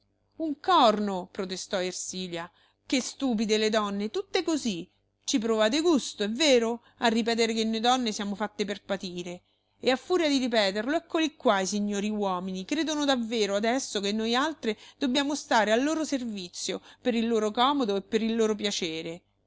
corno protestò ersilia che stupide le donne tutte così ci provate gusto è vero a ripetere che noi donne siamo fatte per patire e a furia di ripeterlo eccoli qua i signori uomini credono davvero ades so che nojaltre dobbiamo stare al loro servizio per il loro comodo e per il loro piacere